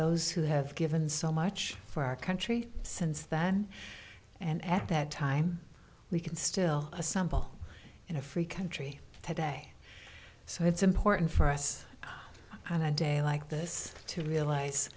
those who have given so much for our country since then and at that time we can still a sample in a free country today so it's important for us on a day like this to realize